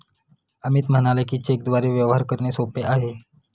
अमित म्हणाला की, चेकद्वारे व्यवहार करणे सोपे आहे